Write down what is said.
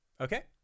Okay